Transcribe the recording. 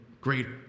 greater